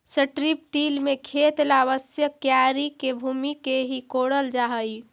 strip till में खेत ला आवश्यक क्यारी के भूमि के ही कोड़ल जा हई